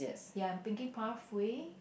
ya pinky pathway